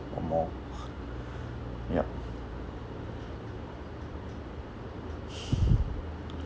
or more ya